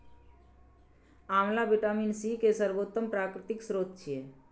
आंवला vitamin C के सर्वोत्तम प्राकृतिक स्रोत छियै